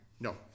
no